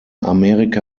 amerika